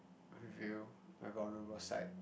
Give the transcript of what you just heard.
reveal my vulnerable side